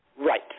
Right